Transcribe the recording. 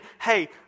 hey